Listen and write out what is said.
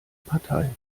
partei